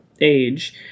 age